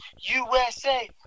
USA